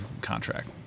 contract